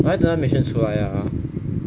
我在等那个 mission 出来 lah [ho]